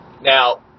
Now